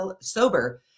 sober